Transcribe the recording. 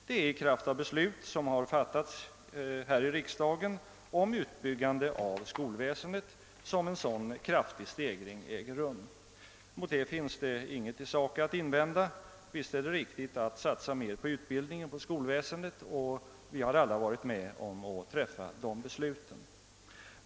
Det är i kraft av beslut som har fattats här i riksdagen om utbyggande av skolväsendet som en sådan kraftig stegring äger rum. Mot detta finns det inget i sak att invända — visst är det riktigt att satsa mer på utbildningen, på skolväsendet.